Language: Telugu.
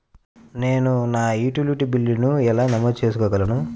నేను నా యుటిలిటీ బిల్లులను ఎలా నమోదు చేసుకోగలను?